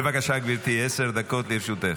בבקשה, גברתי, עשר דקות לרשותך.